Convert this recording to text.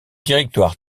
directoire